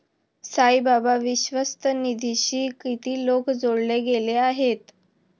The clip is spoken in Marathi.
साईबाबा विश्वस्त निधीशी किती लोक जोडले गेले आहेत?